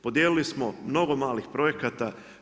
Podijelili smo mnogo malih projekata.